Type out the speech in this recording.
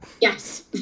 yes